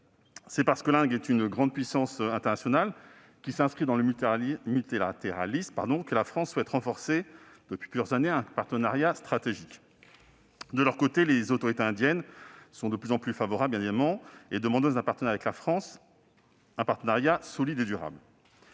C'est parce que l'Inde est une grande puissance internationale qui s'inscrit dans le multilatéralisme que la France souhaite renforcer depuis plusieurs années un partenariat stratégique. De leur côté, les autorités indiennes sont de plus en plus favorables à un partenariat solide et durable